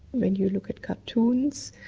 when you look at cartoons,